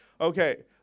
Okay